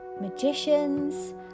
magicians